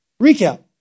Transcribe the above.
recap